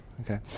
Okay